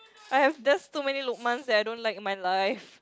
I have just too many Luqman's that I don't like my life